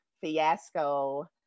fiasco